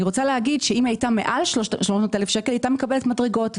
אם היא הייתה מעל 800,000 שקל היא הייתה מקבלת מדרגות.